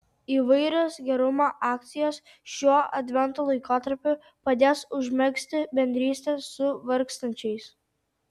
įvairios gerumo akcijos šiuo advento laikotarpiu padės užmegzti bendrystę su vargstančiais